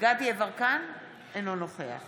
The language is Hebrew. גדי יברקן, אינו נוכח